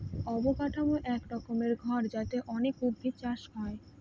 অবকাঠামো এক রকমের ঘর যাতে অনেক উদ্ভিদ চাষ হয়